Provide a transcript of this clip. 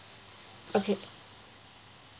okay